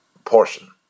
Portion